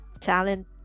talent